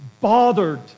bothered